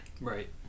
Right